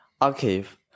archive